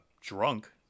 drunk